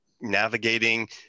navigating